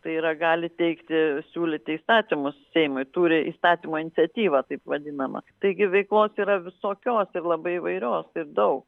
tai yra gali teikti siūlyti įstatymus seimui turi įstatymo iniciatyvą taip vadinamą taigi veiklos yra visokios ir labai įvairios ir daug